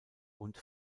und